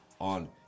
on